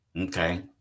okay